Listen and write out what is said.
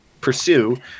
pursue